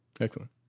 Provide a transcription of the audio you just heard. excellent